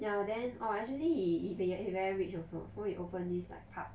ya then orh actually he he he very rich also so he open these like park